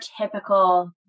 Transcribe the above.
typical